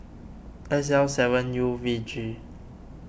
S L seven U V G